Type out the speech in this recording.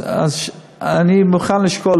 אני מוכן לשקול,